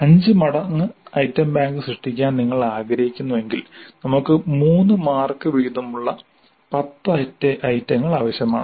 5 മടങ്ങ് item bank സൃഷ്ടിക്കാൻ നിങ്ങൾ ആഗ്രഹിക്കുന്നുവെങ്കിൽ നമുക്ക് 3 മാർക്ക് വീതമുള്ള 10 ഐറ്റങ്ങൾ ആവശ്യമാണ്